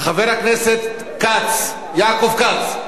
חבר הכנסת יעקב כץ.